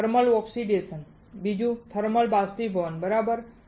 એક thermal oxidation 2 thermal બાષ્પીભવન બરાબર